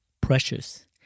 precious